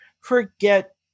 forget